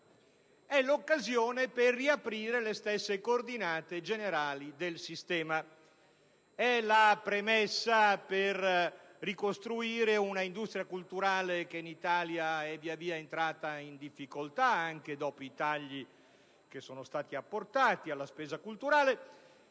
è l'occasione per riaprire le coordinate generali del sistema; è la premessa per ricostruire un'industria culturale, che in Italia è entrata via via in difficoltà, anche dopo i tagli apportati alla spesa culturale,